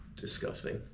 disgusting